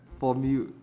for me